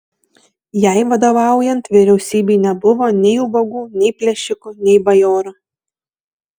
jai vadovaujant vyriausybei nebuvo nei ubagų nei plėšikų nei bajorų